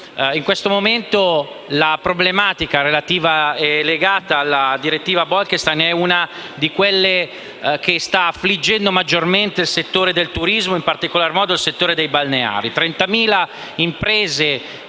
In questo momento la problematica legata alla direttiva Bolkestein è una di quelle che sta affliggendo maggiormente il settore del turismo e in particolar modo quello balneare,